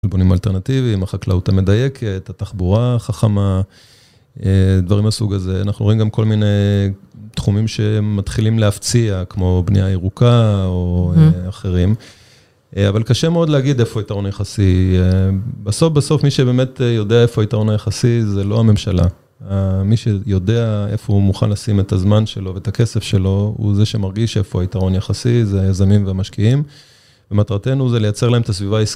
חלבונים אלטרנטיביים, החקלאות המדייקת, התחבורה החכמה, דברים מהסוג הזה. אנחנו רואים גם כל מיני תחומים שמתחילים להפציע, כמו בנייה ירוקה או אחרים, אבל קשה מאוד להגיד איפה היתרון היחסי. בסוף, בסוף, מי שבאמת יודע איפה היתרון היחסי זה לא הממשלה. מי שיודע איפה הוא מוכן לשים את הזמן שלו ואת הכסף שלו, הוא זה שמרגיש איפה היתרון יחסי, זה היזמים והמשקיעים. ומטרתנו זה לייצר להם את הסביבה...